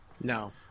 No